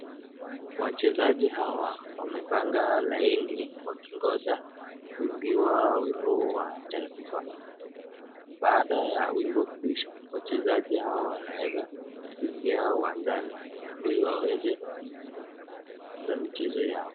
Wachezaji hawa wamepanga laini wakingoja kuimbiwa wimbo wa taifa na baada ya wimbo kuisha wachezaji hawa wanaeza kuingia uwanjani ili waweze kuanza michezo yao.